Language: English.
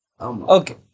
okay